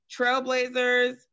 Trailblazers